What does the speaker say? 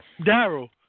Daryl